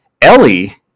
ellie